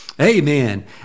Amen